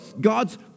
God's